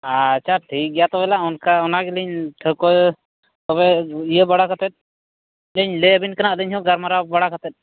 ᱟᱪᱪᱷᱟ ᱴᱷᱤᱠᱜᱮᱭᱟ ᱛᱚᱵᱮ ᱚᱱᱟᱜᱮᱞᱤᱧ ᱴᱷᱟᱹᱣᱠᱟᱹ ᱛᱚᱵᱮ ᱤᱭᱟᱹ ᱵᱟᱲᱟ ᱠᱟᱛᱮ ᱞᱤᱧ ᱞᱟᱹᱭᱟᱵᱤᱱ ᱠᱟᱱᱟ ᱟᱫᱚ ᱤᱧᱦᱚᱸ ᱜᱟᱞᱢᱟᱨᱟᱣ ᱵᱟᱲᱟ ᱠᱟᱛᱮ